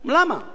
מה ההיגיון בזה?